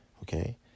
Okay